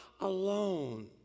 alone